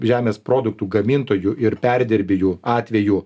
žemės produktų gamintojų ir perdirbėjų atveju